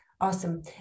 Awesome